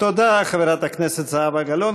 תודה, חברת הכנסת זהבה גלאון.